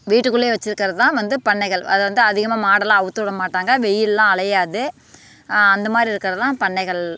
வீட்டுக்குள்ளேயே வச்சிருக்கிறதுதான் வந்து பண்ணைகள் அது வந்து அதிகமாக மாடெலாம் அவுழ்த்து விட மாட்டாங்க வெய்யிலலாம் அலையாது அந்தமாதிரி இருக்கறதுதான் பண்ணைகள்